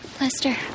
Lester